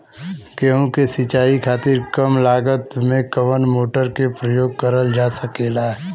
गेहूँ के सिचाई खातीर कम लागत मे कवन मोटर के प्रयोग करल जा सकेला?